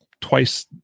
twice